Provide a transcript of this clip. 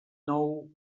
nou